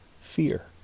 fear